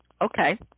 Okay